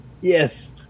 Yes